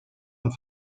und